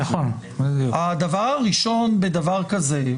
הדבר הראשון בדבר כזה,